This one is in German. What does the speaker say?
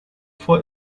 vor